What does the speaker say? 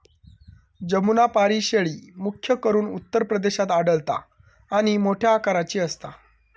जमुनापारी शेळी, मुख्य करून उत्तर प्रदेशात आढळता आणि मोठ्या आकाराची असता